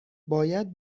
باید